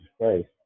Christ